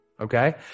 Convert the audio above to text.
Okay